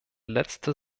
letzte